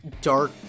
dark